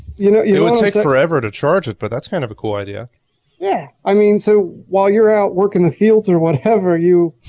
you know yeah it would take forever to charge it but that's kind of a cool idea. dan yeah, i mean so while you're out work in the fields or whatever you.